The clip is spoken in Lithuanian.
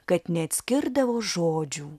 kad neatskirdavo žodžių